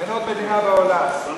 אין עוד מדינה בעולם.